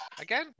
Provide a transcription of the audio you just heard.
Again